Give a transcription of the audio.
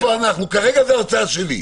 כרגע זו הרצאה שלנו.